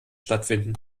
stattfinden